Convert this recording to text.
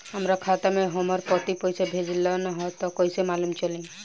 हमरा खाता में हमर पति पइसा भेजल न ह त कइसे मालूम चलि?